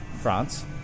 France